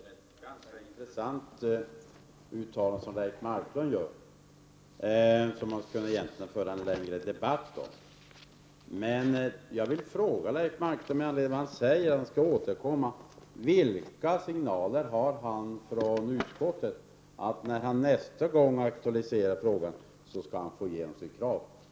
Herr talman! Det är ett ganska intressant uttalande som Leif Marklund gör, som man egentligen skulle kunna föra en längre debatt om. Men jag vill fråga Leif Marklund, med anledning av att han säger att han skall återkomma, vilka signaler han har fått från utskottet som säger att när han nästa gång aktualiserar frågan skall han få igenom sitt krav.